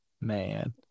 Man